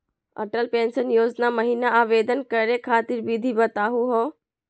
Atal pension योजना महिना आवेदन करै खातिर विधि बताहु हो?